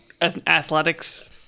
athletics